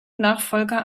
nachfolger